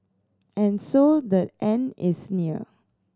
and so the end is near